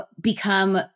become